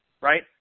right